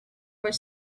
were